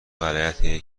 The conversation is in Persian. غلطیه